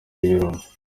y’ibirunga